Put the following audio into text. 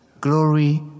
glory